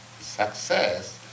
success